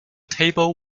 table